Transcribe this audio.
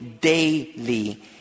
daily